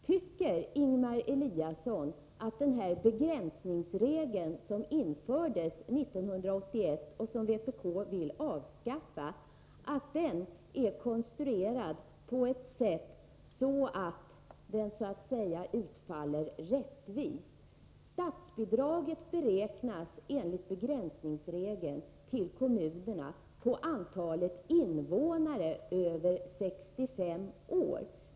Tycker Ingemar Eliasson att den begränsningsregel som infördes 1981 och som vpk vill avskaffa är konstruerad så att den utfaller rättvist? Statsbidraget till kommunerna beräknas enligt begränsningsregeln på antalet invånare över 65 år.